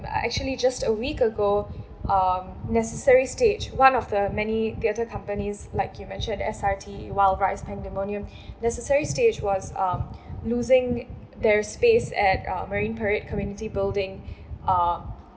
actually just a week ago um Necessary Stage one of the many theatre companies like you mentioned S_R_T Wild Rice Pangdemonium Necessary Stage was um losing their space at um marine parade community building um